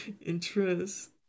Interest